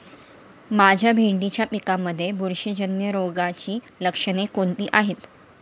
माझ्या भेंडीच्या पिकामध्ये बुरशीजन्य रोगाची लक्षणे कोणती आहेत?